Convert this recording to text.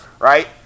right